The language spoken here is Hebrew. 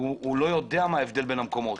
והוא לא יודע מה ההבדל בין המקומות.